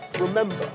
remember